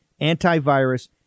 antivirus